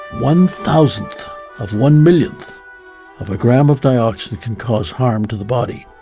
one thousandth of one millionth of a gram of dioxin can cause harm to the body.